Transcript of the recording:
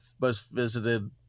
most-visited